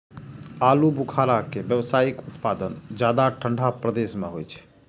आलू बुखारा के व्यावसायिक उत्पादन ज्यादा ठंढा प्रदेश मे होइ छै